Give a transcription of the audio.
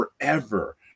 forever